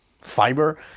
fiber